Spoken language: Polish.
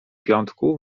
piątku